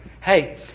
Hey